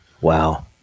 wow